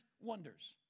wonders